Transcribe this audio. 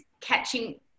catching